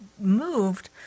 moved